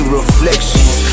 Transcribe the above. reflections